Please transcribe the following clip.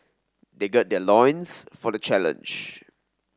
they gird their loins for the challenge